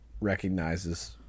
recognizes